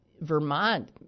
Vermont